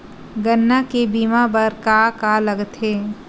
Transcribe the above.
गन्ना के बीमा बर का का लगथे?